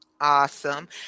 Awesome